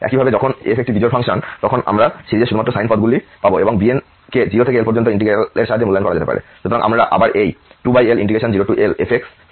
একই ভাবে যখন f একটি বিজোড় ফাংশন তখন আমরা সিরিজের শুধুমাত্র সাইন পদগুলি পাব এবং সহগ bn কে 0 থেকে L পর্যন্ত ইন্টিগ্র্যাল এর সাহায্যে মূল্যায়ন করা যেতে পারে